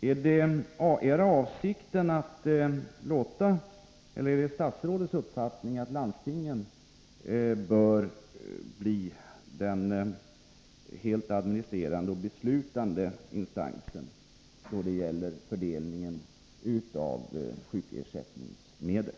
Är det statsrådets uppfattning att landstingen bör bli den helt administrerande och beslutande instansen då det gäller fördelning av sjukvårdens ersättingsmedel?